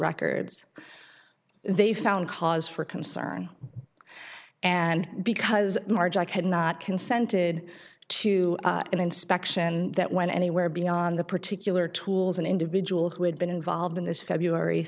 records they found cause for concern and because marge i could not consented to an inspection that went anywhere beyond the particular tools an individual who had been involved in this february